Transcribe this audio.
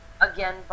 Again